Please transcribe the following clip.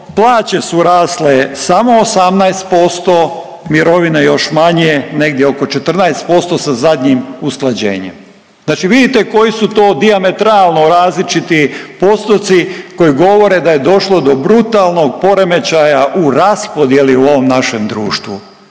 plaće su rasle samo 18%, mirovine još manje negdje oko 14% sa zadnjim usklađenjem, znate vidite koji su to dijametralno različiti postoci koji govore da je došlo do brutalnog poremećaja u raspodijeli u ovom našem društvu,